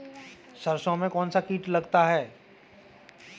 सरसों में कौनसा कीट लगता है?